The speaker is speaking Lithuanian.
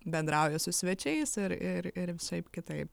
bendrauja su svečiais ir ir ir visaip kitaip